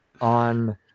on